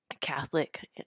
Catholic